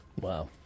Wow